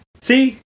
See